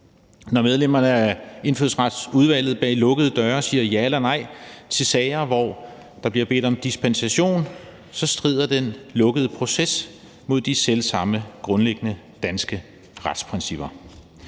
Når medlemmerne af Indfødsretsudvalget bag lukkede døre siger ja eller nej til sager, hvor der bliver bedt om dispensation, så strider den lukkede proces mod de selv samme grundlæggende danske retsprincipper,